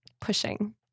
pushing